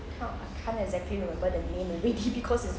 I can't I can't exactly remember the name already because it's